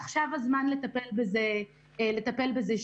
עכשיו הזמן לטפל בזה שוב.